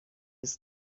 است